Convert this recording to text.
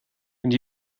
and